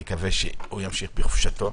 נקווה שימשיך בחופשתו.